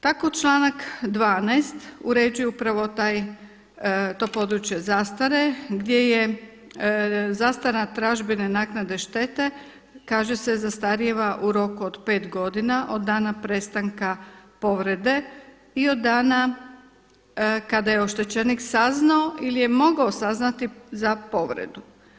Tako članaka 12. uređuje upravo to područje zastare, gdje je zastara tražbine naknade štete, kaže se zastarijeva u roku od 5 godina od dana prestanka povrede i od dana kada je oštećenik saznao ili je mogao saznati za povredu.